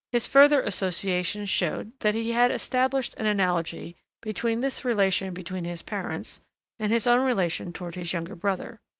his further associations showed that he had established an analogy between this relation between his parents and his own relation toward his younger brother.